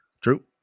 True